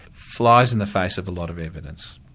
flies in the face of a lot of evidence.